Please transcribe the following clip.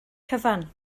cyfan